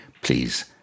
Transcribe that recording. please